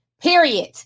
Period